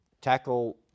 tackle